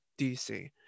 dc